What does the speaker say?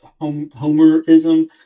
homerism